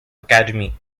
academy